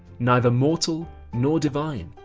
neither mortal nor divine,